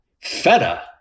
feta